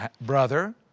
brother